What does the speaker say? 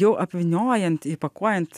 jau apvyniojant įpakuojant